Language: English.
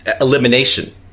elimination